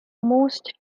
most